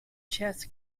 chess